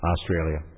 Australia